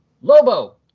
Lobo